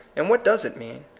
and what does it mean?